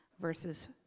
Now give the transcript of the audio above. verses